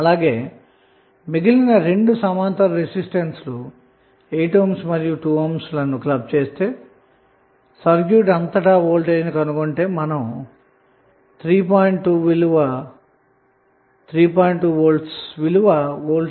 అలాగే మిగిలిన రెండు సమాంతర రెసిస్టెన్స్ లు 8 ohm మరియు 2 ohm లను క్లబ్ చేసి సర్క్యూట్ అంతటా వోల్టేజ్ కనుగొంటే అదే విలువ 3